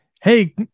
Hey